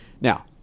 now